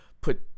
put